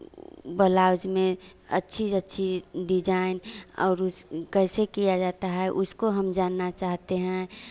blouse में अच्छी अच्छी डिज़ाइन और उस कैसे किया जाता है उसको हम जानना चाहते है